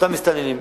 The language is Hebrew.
אותם מסתננים.